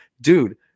Dude